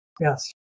Yes